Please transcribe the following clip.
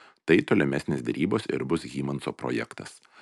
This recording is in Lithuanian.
tai tolimesnės derybos ir bus hymanso projektas